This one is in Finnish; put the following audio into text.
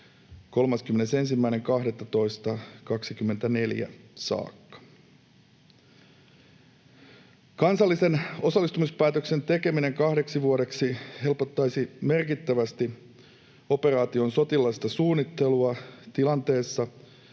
31.12.24 saakka. Kansallisen osallistumispäätöksen tekeminen kahdeksi vuodeksi helpottaisi merkittävästi operaation sotilaallista suunnittelua tilanteessa,